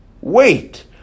wait